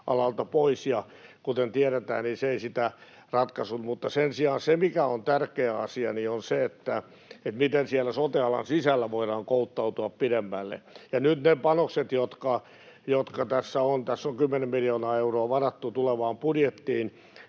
sote-alalta pois, ja kuten tiedetään, niin se ei sitä ratkaissut. Mutta sen sijaan se, mikä on tärkeä asia, on se, miten siellä sote-alan sisällä voidaan kouluttautua pidemmälle. Ja nyt ne panokset, jotka tässä on — tässä on kymmenen miljoonaa euroa varattu tulevaan budjettiin